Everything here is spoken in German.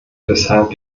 deshalb